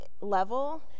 level